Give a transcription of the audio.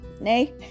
nay